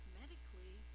medically